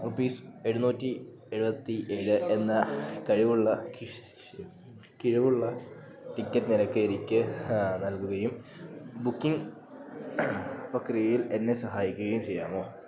rupees എഴുന്നൂറ്റി എഴുപത്തി ഏഴ് എന്ന കിഴിവുള്ള ടിക്കറ്റ് നിരക്കെനിക്കു നൽകുകയും ബുക്കിങ് പ്രക്രിയയിൽ എന്നെ സഹായിക്കുകയും ചെയ്യാമോ